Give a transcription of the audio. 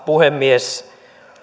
puhemies